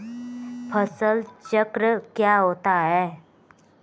फसल चक्र क्या होता है?